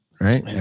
right